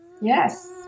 Yes